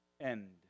end